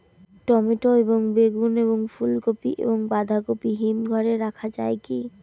Tomato এবং বেগুন এবং ফুলকপি এবং বাঁধাকপি হিমঘরে রাখা যায় কি?